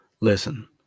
Listen